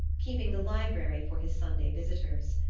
keeping the library for his sunday visitors.